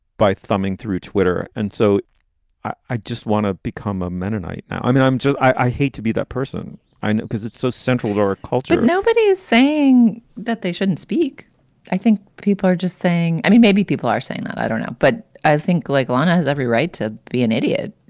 by thumbing through twitter. and so i i just want to become a mennonite. i mean, i'm just i hate to be that person i know because it's so central to our culture nobody is saying that they shouldn't speak i think people are just saying. i mean, maybe people are saying that. i don't know. but i think, like, lonna has every right to be an idiot.